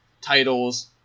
titles